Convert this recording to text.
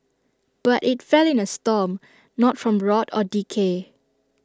but IT fell in A storm not from rot or decay